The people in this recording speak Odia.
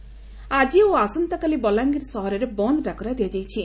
ବଲାଙ୍ଗୀର ବନ୍ଦ ଆକି ଓ ଆସନ୍ତାକାଲି ବଲାଙ୍ଗୀର ସହରରେ ବନ୍ଦ ଡାକରା ଦିଆଯାଇଛି